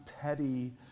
petty